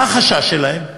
מה החשש שלהם?